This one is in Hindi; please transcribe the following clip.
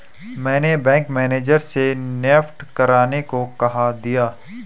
मैंने बैंक मैनेजर से नेफ्ट करने को कह दिया है